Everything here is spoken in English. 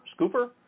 scooper